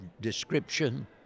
description